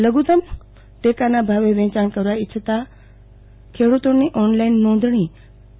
લધુતમ ટેકાના ભાવે વેચાણ કરવા ઈચ્છા ધરાવતા ખેડૂતોની ઓનલાઇન નોંધણી તા